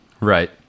Right